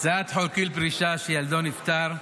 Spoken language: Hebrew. הצעת חוק גיל פרישה (הורה שילדו נפטר)